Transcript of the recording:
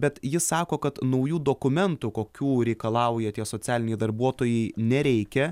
bet ji sako kad naujų dokumentų kokių reikalauja tie socialiniai darbuotojai nereikia